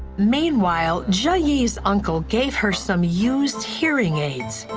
meanwhile, jiayi's uncle gave her some used hearing aids,